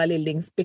links